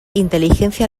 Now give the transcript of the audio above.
inteligencia